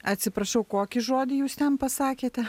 atsiprašau kokį žodį jūs ten pasakėte